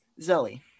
Zelly